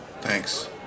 Thanks